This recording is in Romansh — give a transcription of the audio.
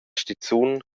stizun